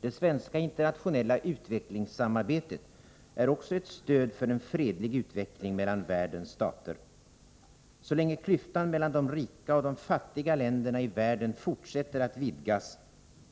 Det svenska internationella utvecklingssamarbetet är också ett stöd för en fredlig utveckling mellan världens stater. Så länge klyftan mellan de rika och de fattiga länderna i världen fortsätter att vidgas